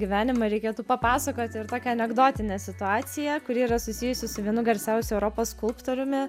gyvenimą reikėtų papasakoti ir tokią anekdotinę situaciją kuri yra susijusi su vienu garsiausių europos skulptoriumi